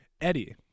eddie